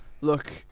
Look